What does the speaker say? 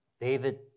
David